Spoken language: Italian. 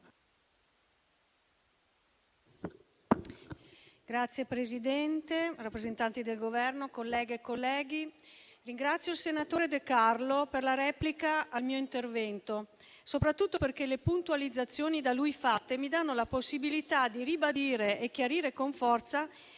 Signora Presidente, rappresentanti del Governo, colleghe e colleghi, ringrazio il senatore De Carlo per la replica al mio intervento, soprattutto perché le puntualizzazioni da lui fatte mi danno la possibilità di ribadire e chiarire con forza